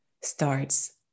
starts